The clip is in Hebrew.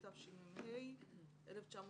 התשמ"ה-1985,